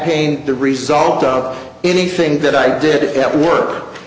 pain the result of anything that i did at work